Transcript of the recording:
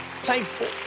thankful